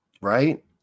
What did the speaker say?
Right